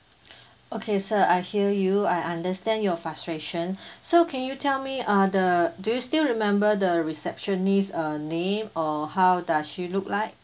okay sir I hear you I understand your frustration so can you tell me are the do you still remember the receptionist uh name or how does she look like